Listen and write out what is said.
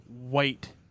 wait